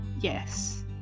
yes